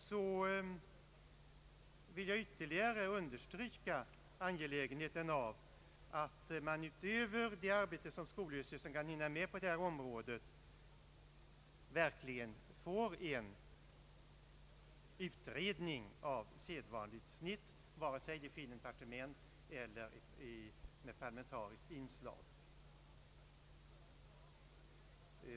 Jag vill vidare ytterligare understryka angelägenheten av att det utöver det arbete som skolöverstyrelsen kan hinna med på detta område verkligen tillsätts en utredning av sedvanligt snitt, vare sig det sker i departementet eller den får parlamentariskt inslag.